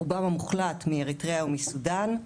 רובם המוחלט מאריתריאה ומסודן.